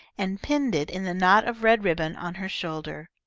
and pinned it in the knot of red ribbon on her shoulder.